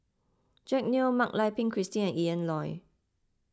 Jack Neo Mak Lai Peng Christine and Ian Loy